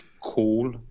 cool